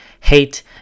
hate